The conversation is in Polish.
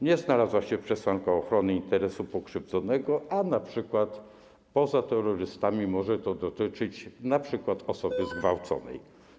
Nie znalazła się przesłanka ochrony interesu pokrzywdzonego, a poza terrorystami może to dotyczyć np. osoby zgwałconej.